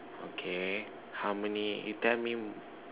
okay how many you tell me